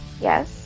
Yes